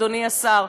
אדוני השר,